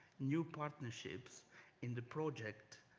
new partnerships in the project